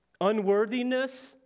unworthiness